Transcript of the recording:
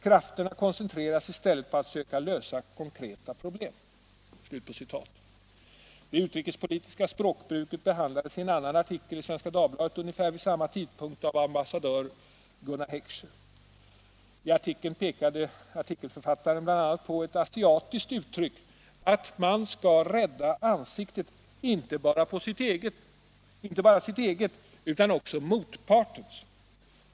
Krafterna koncentreras i stället på att söka lösa konkreta problem.” Det utrikespolitiska språkbruket behandlades i en annan artikel i Svenska Dagbladet ungefär vid samma tidpunkt av ambassadör Gunnar Heckscher. I artikeln pekade författaren bl.a. på ett asiatiskt uttryck, att man skall ”rädda ansiktet”, inte bara sitt eget utan också motpartens.